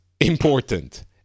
important